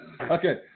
Okay